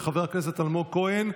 של חבר הכנסת אלמוג כהן.